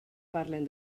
parlen